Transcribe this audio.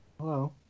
Hello